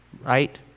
right